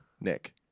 Nick